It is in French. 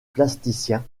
plasticiens